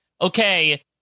Okay